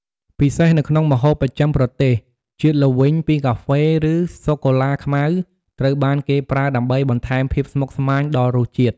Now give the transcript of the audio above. ពិសេសនៅក្នុងម្ហូបបស្ចិមប្រទេស ជាតិល្វីងពីកាហ្វេ ឬសូកូឡាខ្មៅ ត្រូវបានគេប្រើដើម្បីបន្ថែមភាពស្មុគស្មាញដល់រសជាតិ។